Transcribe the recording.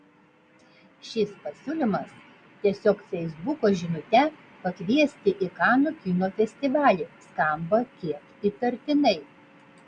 šis pasiūlymas tiesiog feisbuko žinute pakviesti į kanų kino festivalį skamba kiek įtartinai